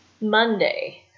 Monday